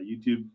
YouTube